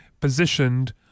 positioned